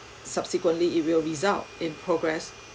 subsequently it will result in progress